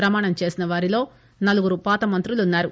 ప్రమాణం చేసిన వారిలో నలుగురు పాత మంత్రులు ఉన్నారు